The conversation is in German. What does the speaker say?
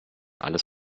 alles